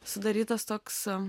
sudarytas toks